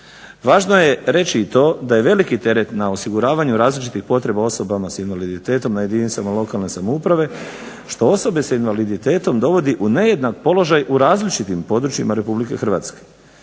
Važno je reći i to da je veliki teret na osiguravanju različitih potreba osoba s invaliditetom na jedinicama lokalne samouprave što osobe s invaliditetom dovodi u nejednak položaj u različitim područjima Republike Hrvatske.